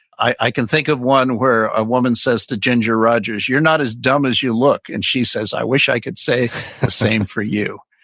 i i can think of one where a woman says, to ginger rogers, you're not as dumb as you look. and she says, i wish i could say the same for you.